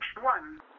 one